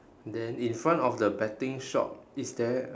then in front of the betting shop is there